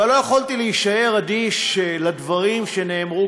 אבל לא יכולתי להישאר אדיש לדברים שאמרת